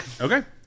Okay